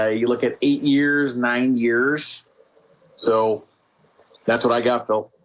ah you look at eight years nine years so that's what i got, though